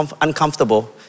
uncomfortable